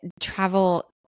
Travel